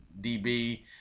DB